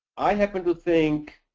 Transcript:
i happen to think